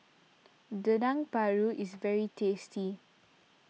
Dendeng Paru is very tasty